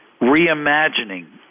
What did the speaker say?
reimagining